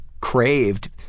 craved